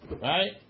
right